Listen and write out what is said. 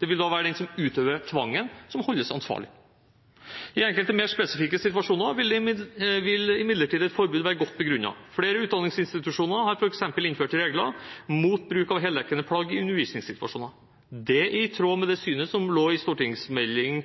Det vil da være den som utøver tvangen, som holdes ansvarlig. I enkelte mer spesifikke situasjoner vil imidlertid et forbud være godt begrunnet. Flere utdanningsinstitusjoner har f.eks. innført regler mot bruk av heldekkende plagg i undervisningssituasjoner. Det er i tråd med det synet som ligger til grunn i Meld.